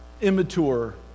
immature